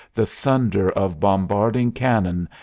the thunder of bombarding cannon,